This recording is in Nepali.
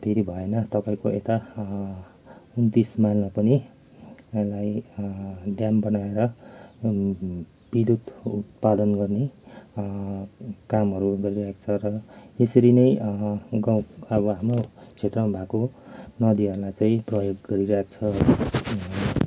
फेरि भएन तपाईँको यता उन्तिस माइलमा पनि यसलाई ड्याम बनाएर विद्युत उत्पादन गर्ने कामहरू गरिरहेको छ र यसरी नै गाउँ अब हाम्रो क्षेत्रमा भएको नदीहरूमा चाहिँ प्रयोग गरिरहेको छ